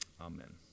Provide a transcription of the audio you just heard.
Amen